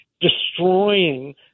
destroying